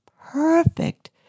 perfect